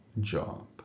job